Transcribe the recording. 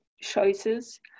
choices